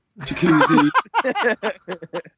Jacuzzi